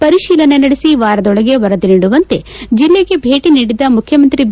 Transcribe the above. ಪರಿಶೀಲನೆ ನಡೆಸಿ ವಾರದೊಳಗೆ ವರದಿ ನೀಡುವಂತೆ ಜಿಲ್ಲೆಗೆ ಭೇಟಿ ನೀಡಿದ್ದ ಮುಖ್ಯಮಂತ್ರಿ ಬಿ